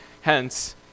Hence